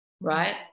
right